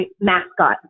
mascot